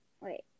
wait